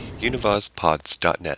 Univazpods.net